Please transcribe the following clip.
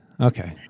Okay